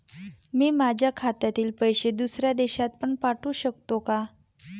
मी माझ्या खात्यातील पैसे दुसऱ्या देशात पण पाठवू शकतो का?